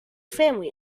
family